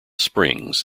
springs